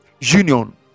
union